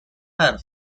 her